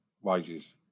wages